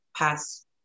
past